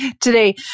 Today